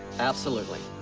absolutely.